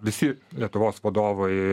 visi lietuvos vadovai